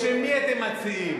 בשם מי אתם מציעים?